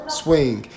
swing